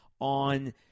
on